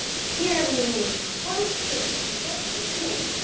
here meaning close to the speaker. close to me.